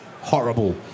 horrible